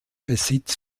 besitz